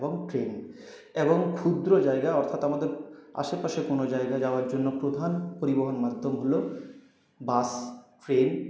এবং ট্রেন এবং ক্ষুদ্র জায়গা অর্থাৎ আমাদের আশে পাশের কোনো জায়গায় যাওয়ার জন্য প্রধান পরিবহণ মাধ্যম হল বাস ট্রেন